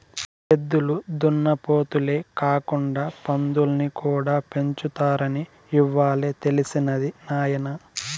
ఎద్దులు దున్నపోతులే కాకుండా పందుల్ని కూడా పెంచుతారని ఇవ్వాలే తెలిసినది నాయన